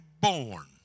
born